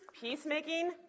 peacemaking